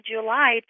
July